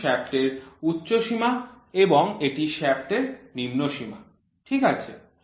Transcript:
এটি শ্য়াফ্টের উচ্চ সীমা এবং এটি শ্য়াফ্টের নিম্ন সীমা ঠিক আছে